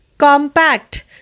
Compact